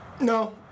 No